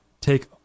take